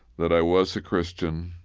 that i was a christian,